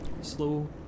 Slow